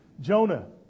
Jonah